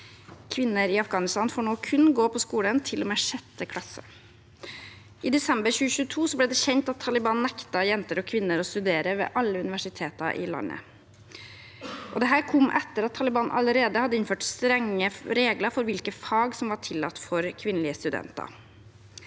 Kvinner i Afghanistan får nå kun gå på skolen til og med 6. klasse. I desember 2022 ble det kjent at Taliban nekter jenter og kvinner å studere ved alle universitet i landet. Dette kom etter at Taliban allerede hadde innført strenge regler for hvilke fag som var tillatt for kvinnelige studenter.